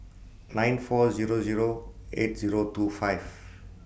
nine four Zero Zero eight Zero two five